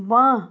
বাঁ